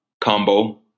combo